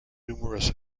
numerous